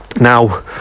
Now